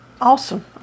Awesome